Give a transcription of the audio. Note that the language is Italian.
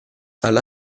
alla